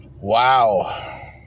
Wow